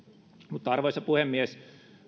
arvoisa puhemies